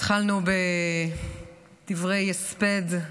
התחלנו בדברי הספד,